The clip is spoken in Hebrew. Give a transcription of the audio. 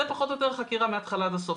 זה פחות או יותר החקירה מההתחלה ועד הסוף.